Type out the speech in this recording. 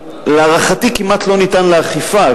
להערכתי כמעט לא ניתן לאכיפה,